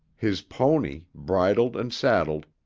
his pony, bridled and saddled,